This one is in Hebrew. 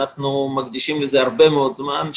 אנחנו מקדישים לזה הרבה מאוד זמן,